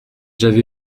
j’avais